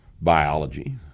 biology